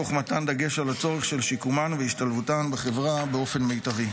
תוך מתן דגש על הצורך של שיקומן והשתלבותן בחברה באופן מיטבי.